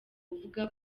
uvuga